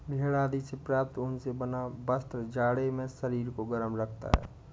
भेड़ आदि से प्राप्त ऊन से बना वस्त्र जाड़े में शरीर को गर्म रखता है